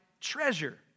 treasure